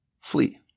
flee